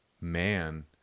man